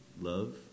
Love